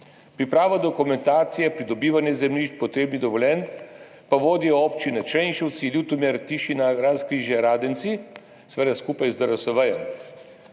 Pripravo dokumentacije, pridobivanja zemljišč, potrebnih dovoljenj pa vodijo občine Črenšovci, Ljutomer, Tišina, Razkrižje, Radenci, seveda skupaj z DRSV.